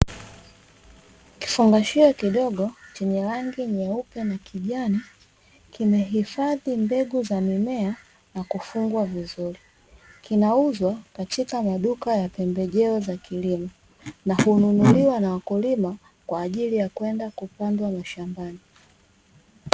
Kifungashio kidogo chenye rangi nyeupe na kijani kimehifadhi mbegu za mimea na kufungwa vizuri. Kinauzwa katika maduka ya pembejeo za kilimo na hununuliwa na wakulima kwa ajili ya kwenda kupanda mashambani.